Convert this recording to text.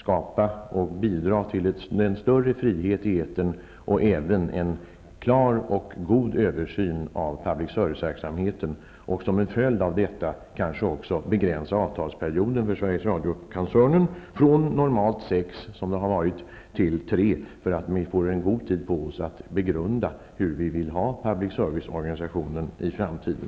Hon bör bidra till att skapa en större frihet i etern och även göra en god översyn av publicservice-verksamheten. Som en följd av detta kanske också avtalsperioden för Sveriges Radiokoncernen skall begränsas från normalt sex år, som det har varit, till tre år. Vi bör få god tid på oss att begrunda hur vi vill ha publicserviceorganisationen i framtiden.